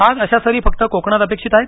आज अशा सरी फक्त कोकणात अपेक्षित आहेत